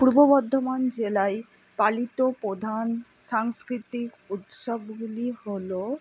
পূর্ব বর্ধমান জেলায় পালিত প্রধান সাংস্কৃতিক উৎসবগুলি হলো